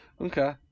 Okay